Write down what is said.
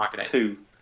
two